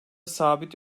sabit